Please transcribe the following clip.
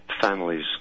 families